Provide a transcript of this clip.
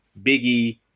Biggie